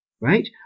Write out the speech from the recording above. right